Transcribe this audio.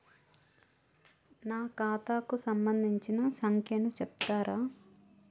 నా ఖాతా కు సంబంధించిన సంఖ్య ను చెప్తరా?